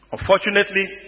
Unfortunately